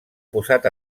posat